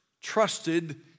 trusted